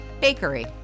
Bakery